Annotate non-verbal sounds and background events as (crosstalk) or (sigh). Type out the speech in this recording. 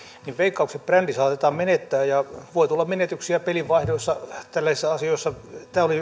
niin veikkauksen brändi saatetaan menettää ja voi tulla menetyksiä pelivaihdoissa tällaisissa asioissa tämä oli (unintelligible)